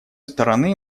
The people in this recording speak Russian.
стороны